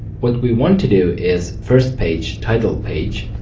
what we want to do is, first page, title page,